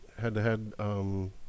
head-to-head